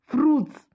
Fruits